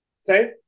Say